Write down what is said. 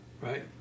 Right